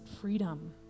freedom